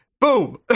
Boom